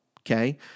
okay